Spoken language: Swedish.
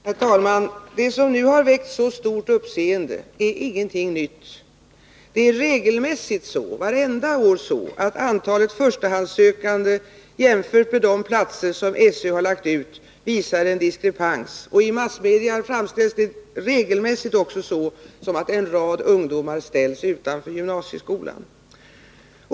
Herr talman! Det som nu har väckt så stort uppseende är ingenting nytt. Regelmässigt är det vartenda år så, att antalet förstahandssökande, jämfört med de platser som SÖ har lagt ut, visar en diskrepans. I massmedia framställs också förhållandet regelmässigt så, att en rad ungdomar ställs utanför gymnasieskolan.